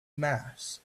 mass